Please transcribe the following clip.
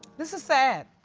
this is sad.